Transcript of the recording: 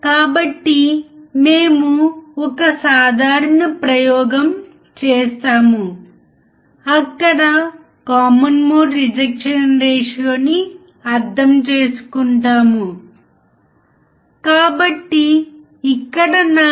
కాబట్టి నేను ఈ ప్రత్యేకమైన సర్క్యూట్ అర్థం చేసుకుంటే నేను ఎక్కడ ఉపయోగించవచ్చో అర్థం చేసుకోవడానికి ఎల్లప్పుడూ ప్రయత్నించండి